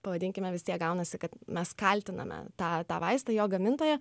pavadinkime vis tiek gaunasi kad mes kaltiname tą tą vaistą jo gamintoją